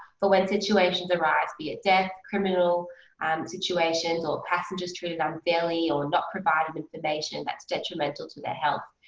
for when situations arise, be it death, criminal um situations, or passengers treated unfairly, or not provided information that's detrimental to their health.